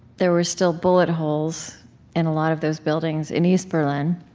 there were still bullet holes in a lot of those buildings in east berlin,